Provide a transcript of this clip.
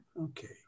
Okay